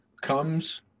comes